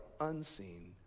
unseen